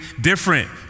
different